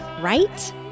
Right